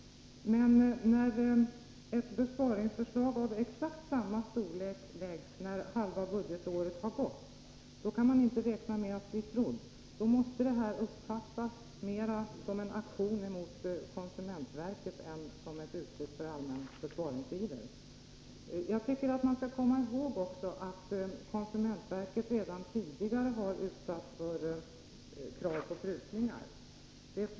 Men när ett besparingsförslag av exakt samma storlek läggs fram när halva budgetåret har gått, då kan man inte räkna med att bli trodd på samma sätt. Då måste det uppfattas mer som en aktion riktad mot konsumentverket än som ett uttryck för allmän besparingsiver. Jag tycker att vi också skall komma ihåg att konsumentverket redan tidigare har utsatts för krav på prutningar.